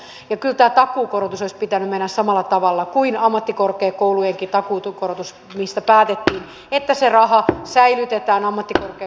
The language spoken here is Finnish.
kyllä tämän takuukorotuksen olisi pitänyt mennä samalla tavalla kuin meni ammattikorkeakoulujenkin takuukorotus mistä päätettiin että se raha säilytetään ammattikorkeakouluilla